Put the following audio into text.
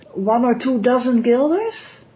one or two dozen guilders?